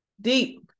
Deep